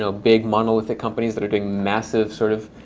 so big monolithic companies that are doing massive sort of